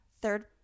third –